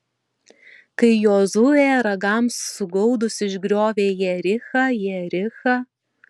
kai jozuė ragams sugaudus išgriovė jerichą jerichą